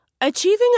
achieving